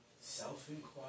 self-inquiry